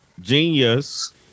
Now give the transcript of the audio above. Genius